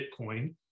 Bitcoin